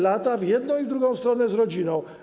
Lata w jedną i w drugą stronę z rodziną.